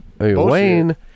Wayne